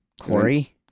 Corey